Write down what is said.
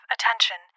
Attention